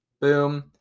Boom